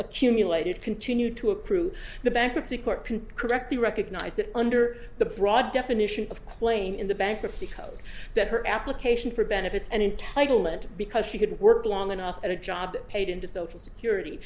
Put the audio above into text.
accumulated continue to approve the bankruptcy court can correctly recognize that under the broad definition of claim in the bankruptcy code that her application for benefits and entitle it because she could work long enough at a job that paid into social security